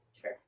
Sure